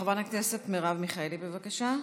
חברת הכנסת מרב מיכאלי, בבקשה.